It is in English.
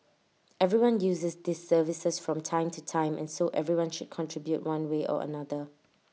everyone uses these services from time to time and so everyone should contribute one way or another